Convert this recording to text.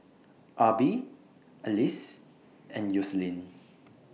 Arbie Alyse and Yoselin